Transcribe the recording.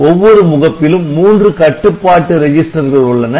ஒவ்வொரு முகப்பிலும் மூன்று கட்டுப்பாட்டு ரிஜிஸ்டர்கள் உள்ளன